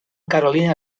carolina